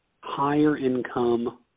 higher-income